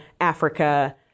Africa